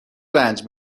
رنج